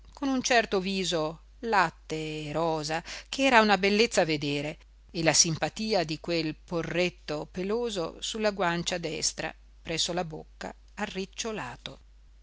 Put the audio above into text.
con un certo viso latte e rosa ch'era una bellezza a vedere e la simpatia di quel porretto peloso sulla guancia destra presso la bocca